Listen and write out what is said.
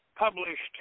published